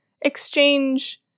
Exchange